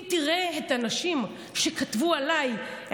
אם תראה את הנשים שכתבו עליי,